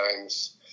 times